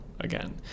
again